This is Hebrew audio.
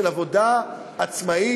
עבודה עצמאית,